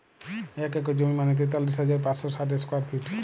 এক একর জমি মানে তেতাল্লিশ হাজার পাঁচশ ষাট স্কোয়ার ফিট